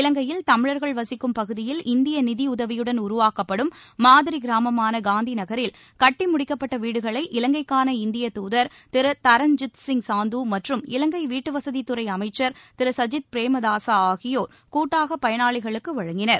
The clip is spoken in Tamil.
இலங்கையில் தமிழர்கள் வசிக்கும் பகுதியில் இந்திய நிதியுதவியுடன் உருவாக்கப்படும் மாதிரி கிராமமான காந்தி நகரில் கட்டி முடிக்கப்பட்ட வீடுகளை இலங்கைக்கான இந்திய தூதர் திரு தரன்ஜித் சிங் சாந்தூ மற்றும் இலங்கை வீட்டு வசதித்துறை அமைச்சர் திரு சஜித் பிரேமதாசா ஆகியோர் கூட்டாக பயனாளிகளுக்கு வழங்கினார்